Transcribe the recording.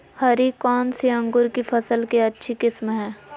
हरी कौन सी अंकुर की फसल के अच्छी किस्म है?